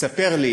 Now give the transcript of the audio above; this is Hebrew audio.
מספר לי